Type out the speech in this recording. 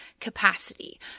capacity